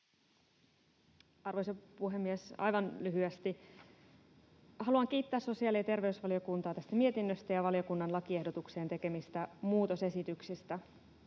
Arvoisa puhemies! Aivan lyhyesti. Haluan kiittää sosiaali- ja terveysvaliokuntaa tästä mietinnöstä ja valiokunnan lakiehdotukseen tekemistä muutosesityksistä.